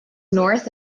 north